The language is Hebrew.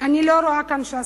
אני לא רואה כאן ש"סניקים,